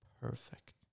perfect